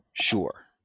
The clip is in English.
Sure